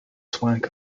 swank